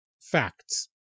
facts